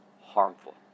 harmful